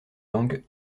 langues